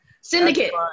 Syndicate